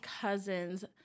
cousins